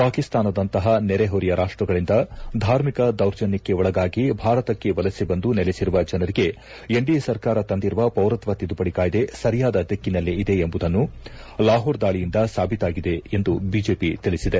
ಪಾಕಿಸ್ತಾನದಂತಪ ನೆರೆಹೊರೆಯ ರಾಷ್ಷಗಳಿಂದ ಧಾರ್ಮಿಕ ದೌರ್ಜನ್ನಕ್ಕೆ ಒಳಗಾಗಿ ಭಾರತಕ್ಕೆ ವಲಸೆ ಬಂದು ನೆಲೆಸಿರುವ ಜನರಿಗೆ ಎನ್ಡಿಎ ಸರ್ಕಾರ ತಂದಿರುವ ಪೌರತ್ವ ತಿದ್ದುಪಡಿ ಕಾಯ್ದೆ ಸರಿಯಾದ ದಿಕ್ಕಿನಲ್ಲೇ ಇದೆ ಎಂಬುದನ್ನು ಲಾಹೋರ್ ದಾಳಿಯಿಂದ ಸಾಬೀತಾಗಿದೆ ಎಂದು ಬಿಜೆಪಿ ತಿಳಿಸಿದೆ